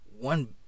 one